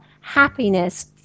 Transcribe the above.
happiness